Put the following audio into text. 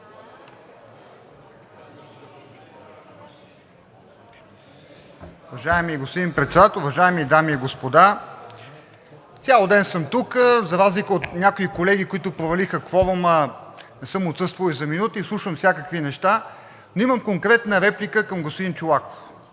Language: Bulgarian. господин Председател, уважаеми дами и господа! Цял ден съм тук, за разлика от някои колеги, които провалиха кворума. Не съм отсъствал и за минута, изслушвам всякакви неща, но имам конкретна реплика към господин Чолаков.